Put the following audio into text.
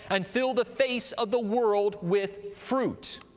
and fill the face of the world with fruit.